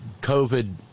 COVID